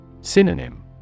Synonym